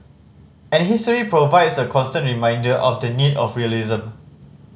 and history provides a constant reminder of the need for realism